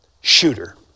Shooter